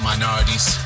minorities